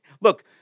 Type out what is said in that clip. look